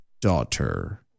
daughter